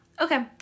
Okay